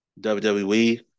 WWE